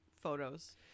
photos